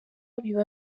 biba